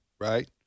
Right